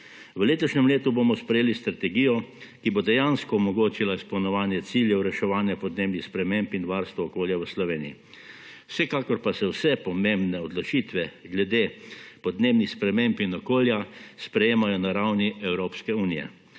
V letošnjem letu bomo sprejeli strategijo, ki bo dejansko omogočila izpolnjevanje ciljev reševanja podnebnih sprememb in varstva okolja v Sloveniji. Vsekakor pa se vse pomembne odločitve glede podnebnih sprememb in okolja sprejemajo na ravni Evropske unije.